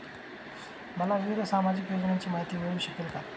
मला विविध सामाजिक योजनांची माहिती मिळू शकेल का?